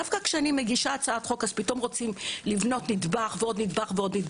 דווקא כשאני מציעה הצעת חוק אז פתאום רוצים לבנות נדבך ועוד נדבך?